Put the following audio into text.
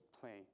playing